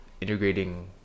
integrating